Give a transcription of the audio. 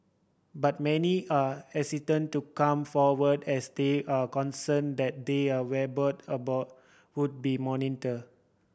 but many are hesitant to come forward as they are concern that their about would be monitor